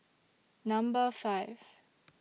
Number five